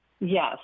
Yes